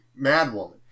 madwoman